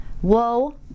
whoa